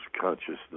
consciousness